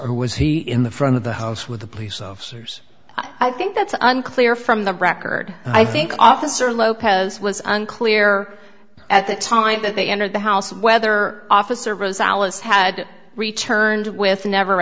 or was he in the front of the house with the police officers i think that's unclear from the record i think officer lopez was unclear at the time that they entered the house whether officer rizal is had returned with the never